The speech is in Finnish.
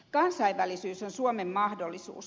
kansainvälisyys on suomen mahdollisuus